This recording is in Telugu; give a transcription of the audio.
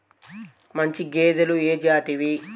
మంచి గేదెలు ఏ జాతివి?